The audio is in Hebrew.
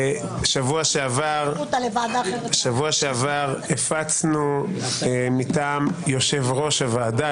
בשבוע שעבר הפצנו מטעם יושב-ראש הוועדה,